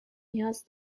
نیاز